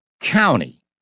county